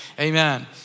Amen